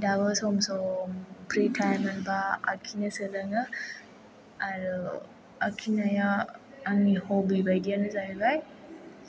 दाबो सम सम फ्रि टाइम मोनबा आखिनो सोलोङो आरो आखिनाया आंनि हबि बायदिआनो जाहैबाय